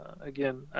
again